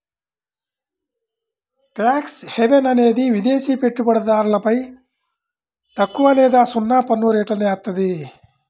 tax haven అనేది విదేశి పెట్టుబడిదారులపై తక్కువ లేదా సున్నా పన్నురేట్లను ఏత్తాది